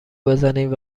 بزنید